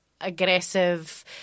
aggressive